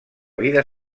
vida